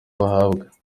bahabwa